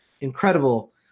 incredible